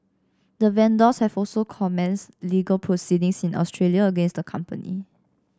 the vendors have also commenced legal proceedings in Australia against the company